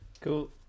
Cool